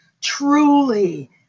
Truly